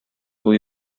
muy